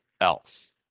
else